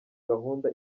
gahunda